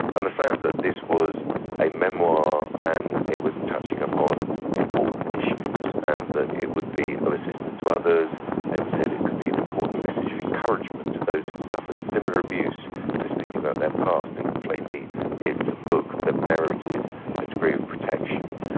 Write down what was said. and the fact that this was a memoir and it was touching upon important issues and that it would be of assistance to others, and it was said it could be an important message of encouragement to those who'd suffered similar abuse to speak about their past, and plainly it's a book that merited a degree of protection.